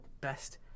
best